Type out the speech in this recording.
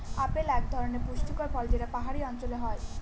apple এক ধরনের পুষ্টিকর ফল যেটা পাহাড়ি অঞ্চলে হয়